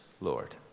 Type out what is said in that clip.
Lord